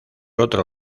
otro